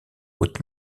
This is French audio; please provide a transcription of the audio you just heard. haute